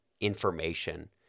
information